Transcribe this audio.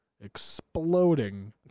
exploding